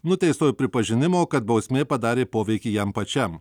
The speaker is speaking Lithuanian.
nuteistojo pripažinimo kad bausmė padarė poveikį jam pačiam